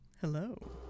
Hello